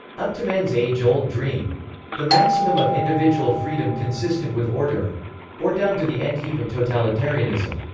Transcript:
up to man's age-old dream the maximum of individual freedom consistent with order or down to the ant heap of totalitarianism.